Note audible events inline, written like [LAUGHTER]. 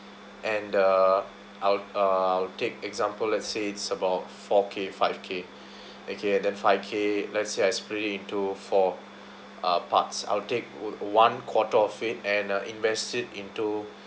and the I'll uh I'll take example let's say it's about four K five K [BREATH] okay then five K let's say I split it into four uh parts I'll take wo~ one quarter of it and uh invested into